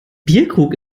bierkrug